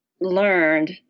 learned